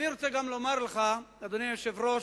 אני רוצה גם לומר לך, אדוני היושב-ראש,